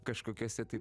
kažkokiose tai